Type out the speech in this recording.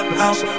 house